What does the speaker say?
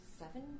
seven